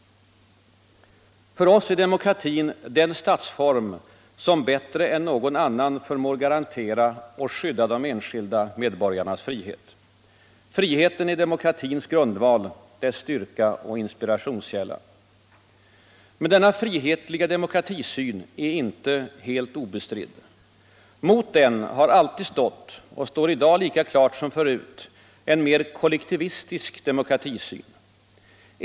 För oss är demokratin den statsform som bättre än någon annan förmår garantera och skydda de enskilda medborgarnas frihet. Friheten är de = Nr 149 mokratins grundval, dess styrka och inspirationskälla. Fredagen den Men denna frihetliga demokratisyn är inte helt obestridd. Mot den 4 juni 1976 har alltid stått — och står i dag lika klart som förr — en mer kollektivistisk demokratisyn.